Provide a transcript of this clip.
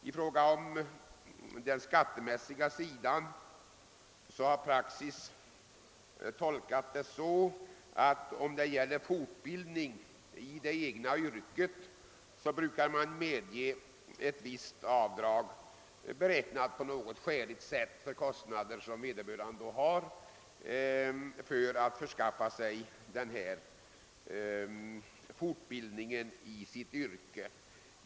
Beträffande den skattemässiga sidan har praxis blivit att tolka bestämmelserna så, att visst avdrag, beräknat på skäligt sätt, medges för sådana kostnader som vederbörande får vidkännas för att fortbilda sig i sitt yrke.